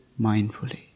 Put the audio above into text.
mindfully